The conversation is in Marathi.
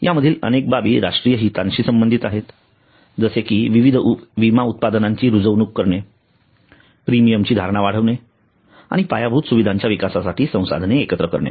या मधील अनेक बाबी राष्ट्रीय हितांशी संबंधित आहेत जसे कि विविध विमा उत्पादनांची रुजवणूक करणे प्रीमियमची धारणा वाढवणे आणि पायाभूत सुविधांच्या विकासासाठी संसाधने एकत्रित करणे